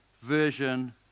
version